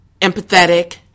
empathetic